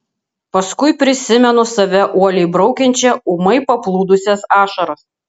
paskui prisimenu save uoliai braukiančią ūmai paplūdusias ašaras